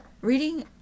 Reading